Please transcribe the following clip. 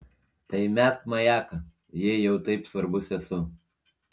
tai mesk majaką jei jau taip svarbus esu